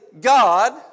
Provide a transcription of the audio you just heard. God